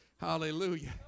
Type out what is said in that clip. Hallelujah